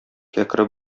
кәкре